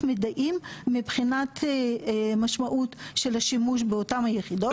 מיידעים מבחינת משמעות של השימוש באותן היחידות.